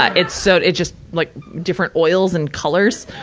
ah it's so, it's just like, different oils and colors,